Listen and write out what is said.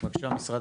בבקשה משרד